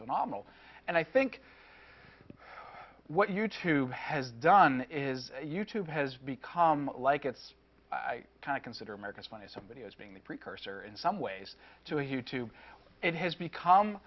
phenomenal and i think what you tube has done is you tube has become like it's i kind of consider america's funniest home videos being the precursor in some ways to you tube it has become